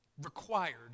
required